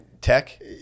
tech